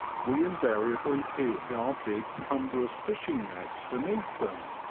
we invariably hid our big cumbrous fishing nets beneath them,